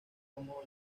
cómodo